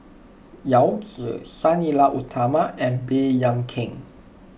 Yao Zi Sang Nila Utama and Baey Yam Keng